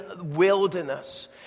wilderness